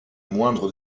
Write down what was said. moindre